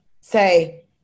say